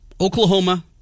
Oklahoma